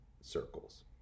circles